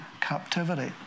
captivity